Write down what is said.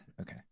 okay